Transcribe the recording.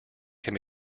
can